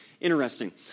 Interesting